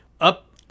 up